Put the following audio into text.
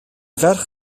ferch